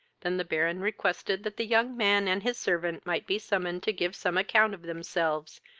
than the baron requested that the young man and his servant might be summoned to give some account of themselves,